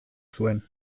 zuen